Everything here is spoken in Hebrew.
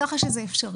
כך שזה אפשרי.